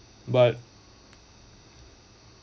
but